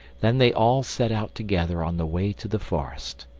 then they all set out together on the way to the forest.